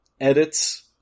edits